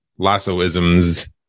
lassoisms